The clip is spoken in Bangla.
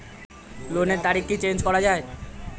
লোনের কিস্তির তারিখ কি চেঞ্জ করা যায়?